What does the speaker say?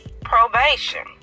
probation